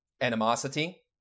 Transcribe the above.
animosity